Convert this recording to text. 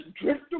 drift